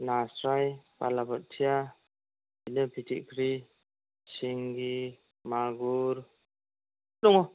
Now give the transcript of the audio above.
नास्राय बालाबोथिया बिदिनो फिथिख्रि सिंगि मागुर दङ